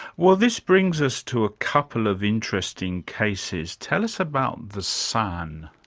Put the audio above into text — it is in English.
well this brings us to a couple of interesting cases. tell us about the san.